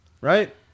Right